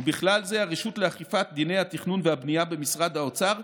ובכלל זה הרשות לאכיפת דיני התכנון והבנייה במשרד האוצר,